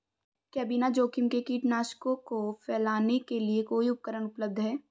क्या बिना जोखिम के कीटनाशकों को फैलाने के लिए कोई उपकरण उपलब्ध है?